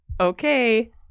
Okay